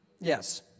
Yes